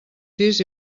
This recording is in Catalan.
sis